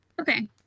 Okay